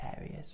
areas